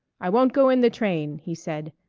i won't go in the train, he said,